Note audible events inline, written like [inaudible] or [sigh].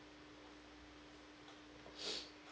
[breath]